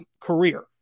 career